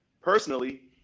personally